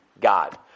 God